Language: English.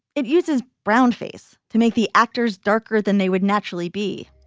it uses brown face to make the actors darker than they would naturally be.